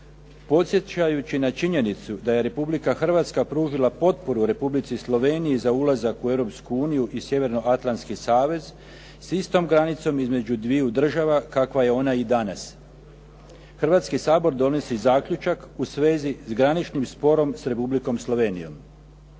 podsjećajući na činjenicu da je Republika Hrvatska pružila potporu Republici Sloveniji za ulazak u Europsku uniju i Sjevernoatlanski savez s istom granicom između dviju država kakva je ona i danas. Hrvatski sabor donosi zaključak u svezi s graničnim sporom s Republikom Slovenijom: